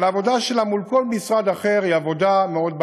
אבל העבודה שלה מול כל משרד אחר היא מאוד בעייתית.